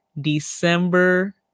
December